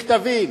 מכתבים,